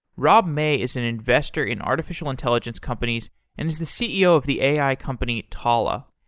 rob may is an investor in artificial intelligence companies and is the ceo of the a i. company talla.